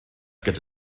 gyda